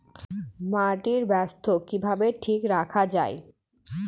মাটির স্বাস্থ্য কিভাবে ঠিক রাখা যায়?